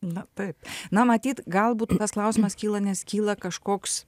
na taip na matyt galbūt tas klausimas kyla nes kyla kažkoks